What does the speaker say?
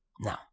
No